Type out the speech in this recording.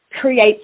creates